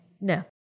No